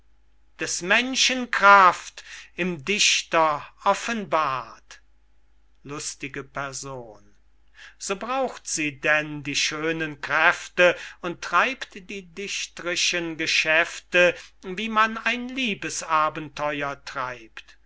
des menschen kraft im dichter offenbart lustige person so braucht sie denn die schönen kräfte und treibt die dicht'rischen geschäfte wie man ein liebesabenteuer treibt